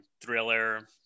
thriller